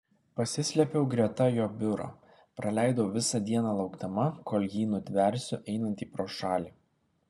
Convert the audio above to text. pasislėpiau greta jo biuro praleidau visą dieną laukdama kol jį nutversiu einantį pro šalį